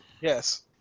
Yes